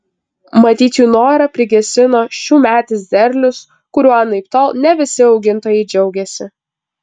matyt jų norą prigesino šiųmetis derlius kuriuo anaiptol ne visi augintojai džiaugėsi